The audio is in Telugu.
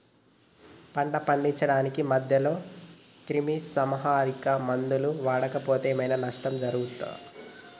పంట పండించడానికి మధ్యలో క్రిమిసంహరక మందులు వాడకపోతే ఏం ఐనా నష్టం జరుగుతదా?